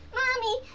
mommy